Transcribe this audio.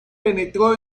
penetró